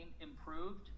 improved